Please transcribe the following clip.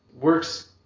Works